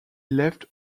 left